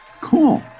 Cool